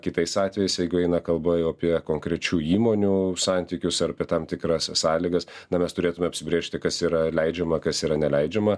kitais atvejais jeigu eina kalba jau apie konkrečių įmonių santykius ar apie tam tikras sąlygas na mes turėtume apsibrėžti kas yra leidžiama kas yra neleidžiama